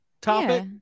topic